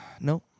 no